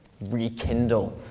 rekindle